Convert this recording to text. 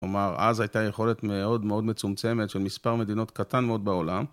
כלומר, אז הייתה יכולת מאוד מאוד מצומצמת של מספר מדינות קטן מאוד בעולם.